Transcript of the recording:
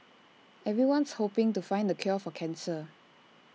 everyone's hoping to find the cure for cancer